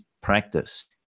practice